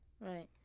Right